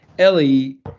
Ellie